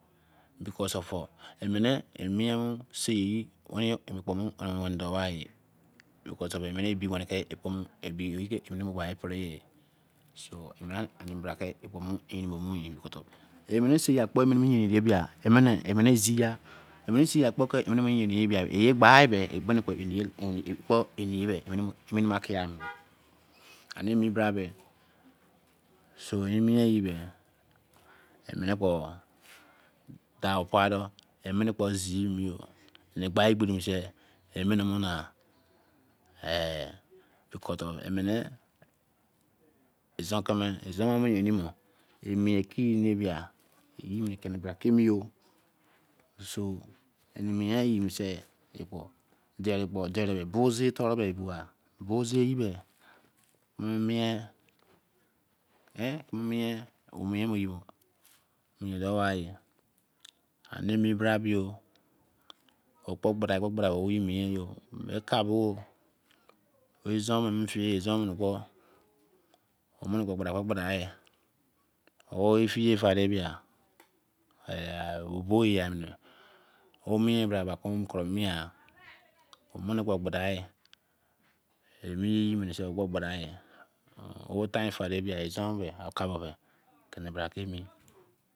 Kpo son don emene mie ye sen ye kpo mi wene don ya mene en ebi wene hpo wene ke wu pere ye so ye ehn bra ke yenrin bo mine kpo for ye sa me kpo bie emene zia la gba de ekpo emiye keark ya ani emi bre beh so ye mie ye beh emene kpo ziomi me kofor mene izon keme izon mo yenrin mo emiekiri mi biah ye me kene bra ke mio emien ye sei dere kpo yere bos eh forn ebagha bo seh ye mien mein doughq eh eha mi bra bi ye ohpo gba dei ke gba dei ye meh kagbo o izon me feiye omene gba dei ya ogbo ya me ko mie bra ka mien ya omene kpo gba dei emiye kpo gbadei